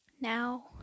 Now